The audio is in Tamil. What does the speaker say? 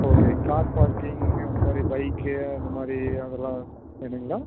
ஓகே கார் பார்க்கிங் அந்த மாதிரி பைக்கு அந்த மாதிரி அதெல்லாம் வேணும்ங்களா